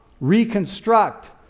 Reconstruct